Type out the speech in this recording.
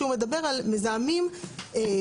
כשהוא מדבר על מזהמים כימיים,